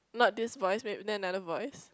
not this voice make another voice